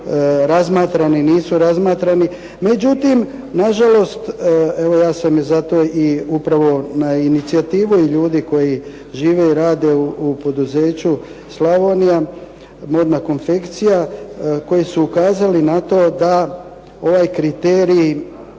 razmatrani, nisu razmatrani. Međutim nažalost, evo ja sam zato i upravo na inicijativu i ljudi koji žive i rade u poduzeću "Slavonija modna konfekcija" koji su ukazali na to da ovaj kriterij